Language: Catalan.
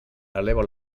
eleva